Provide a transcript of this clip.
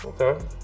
Okay